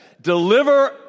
Deliver